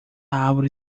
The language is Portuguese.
árvore